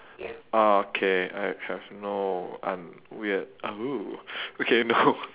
ah okay I have no I'm weird okay no